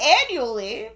annually